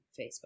Facebook